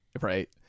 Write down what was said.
Right